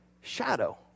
shadow